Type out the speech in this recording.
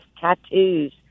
tattoos